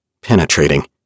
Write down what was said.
penetrating